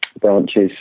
branches